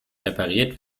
repariert